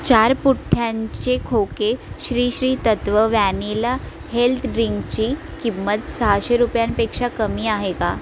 चार पुठ्ठ्यांचे खोके श्रीश्री तत्व वॅनिला हेल्थ ड्रिंकची किंमत सहाशे रुपयांपेक्षा कमी आहे का